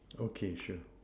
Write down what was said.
okay sure